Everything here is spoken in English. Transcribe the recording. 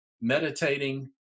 meditating